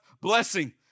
blessing